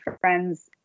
friends